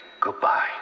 goodbye